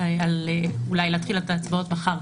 שתרצו אולי להתחיל את ההצבעות מחר.